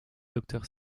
docteur